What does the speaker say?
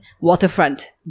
Waterfront